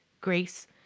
grace